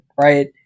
right